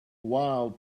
wild